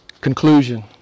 conclusion